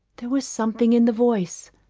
there was something in the voice!